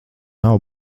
nav